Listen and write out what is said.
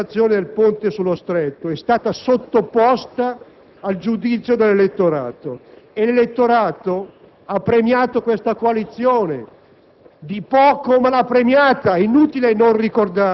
La soppressione del progetto e la realizzazione del Ponte sullo Stretto di Messina è stata sottoposta al giudizio dell'elettorato, che ha premiato questa coalizione,